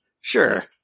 Sure